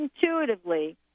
intuitively